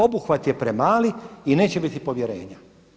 Obuhvat je premali i neće biti povjerenja.